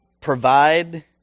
provide